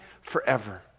forever